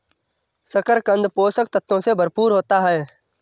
शकरकन्द पोषक तत्वों से भरपूर होता है